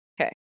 Okay